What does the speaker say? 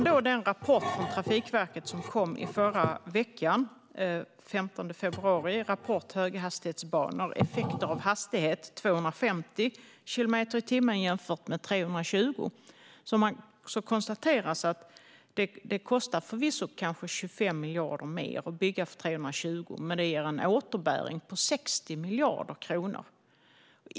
I den rapport som Trafikverket kom med förra veckan, den 15 februari, och som heter Höghastighetsbanor - Effekter av hastighet 250 km h konstateras att det förvisso kostar kanske 25 miljarder mer att bygga för 320 men att det ger en återbäring på 60 miljarder kronor.